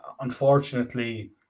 unfortunately